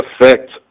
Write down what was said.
affect